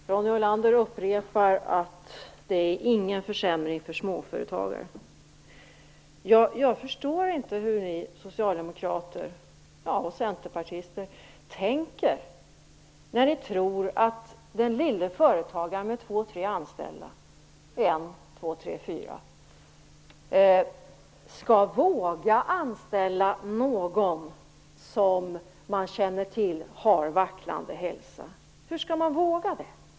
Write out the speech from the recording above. Herr talman! Ronny Olander upprepar att det inte sker någon försämring för småföretagare. Jag förstår inte hur ni socialdemokrater och centerpartister tänker när ni tror att den lille företagaren med en, två, tre eller fyra anställda skall våga anställa någon som han vet har vacklande hälsa. Hur skall han våga det?